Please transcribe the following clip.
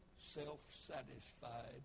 self-satisfied